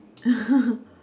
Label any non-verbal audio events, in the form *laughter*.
*laughs*